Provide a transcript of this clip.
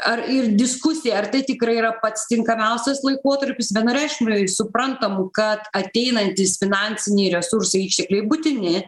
ar ir diskusija ar tai tikrai yra pats tinkamiausias laikotarpis vienareikšmiai suprantam kad ateinantys finansiniai resursai ištekliai būtini